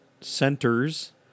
centers